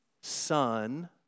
Son